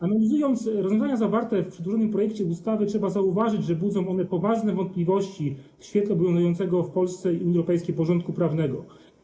Analizując rozwiązania zawarte w przedłożonym projekcie ustawy, trzeba zauważyć, że budzą one poważne wątpliwości w świetle obowiązującego w Polsce i Unii Europejskiej porządku prawnego.